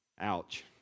Ouch